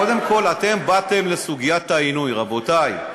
קודם כול, באתם לסוגיית העינוי, רבותי.